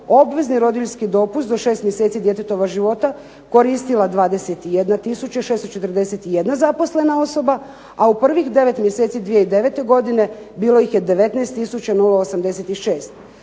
obvezni rodiljski dopust do 6 mjeseci djetetova života koristila 21 tisuća 641 zaposlena osoba, a u prvih 9 mjeseci 2009. godine bilo ih je 19